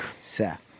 Seth